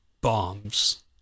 bombs